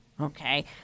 Okay